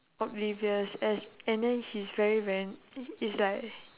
oblivious as and then he's very very it's like